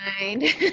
mind